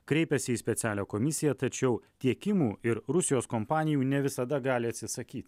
kreipėsi į specialią komisiją tačiau tiekimų ir rusijos kompanijų ne visada gali atsisakyti